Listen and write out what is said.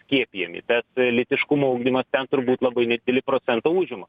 skiepijami bet lytiškumo ugdymas ten turbūt labai nedidelį procentą užima